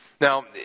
Now